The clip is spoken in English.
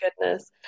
goodness